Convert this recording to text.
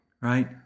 right